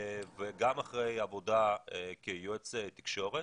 וגם אחרי עבודה כיועץ תקשורת,